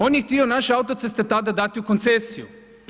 On je htio naše autoceste tada dati u koncesiju.